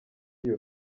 iyo